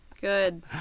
Good